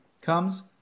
comes